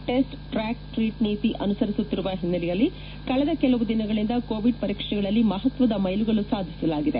test track treat ನೀತಿ ಅನುಸರಿಸುತ್ತಿರುವ ಹಿನ್ನೆಲೆಯಲ್ಲಿ ಕಳೆದ ಕೆಲವು ದಿನಗಳಿಂದ ಕೋವಿಡ್ ಪರೀಕ್ಷೆಗಳಲ್ಲಿ ಮಹತ್ವದ ಮೈಲುಗಲ್ಲು ಸಾಧಿಸಲಾಗಿದೆ